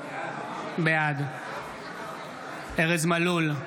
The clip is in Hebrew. בעד ארז מלול,